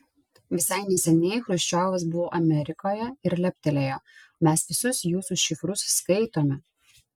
visai neseniai chruščiovas buvo amerikoje ir leptelėjo mes visus jūsų šifrus skaitome